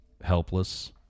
Helpless